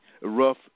rough